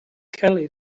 kelly